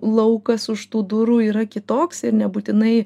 laukas už tų durų yra kitoks ir nebūtinai